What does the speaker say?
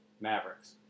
Mavericks